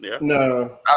No